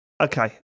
okay